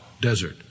desert